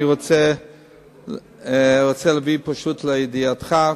אני רוצה להביא לידיעתך,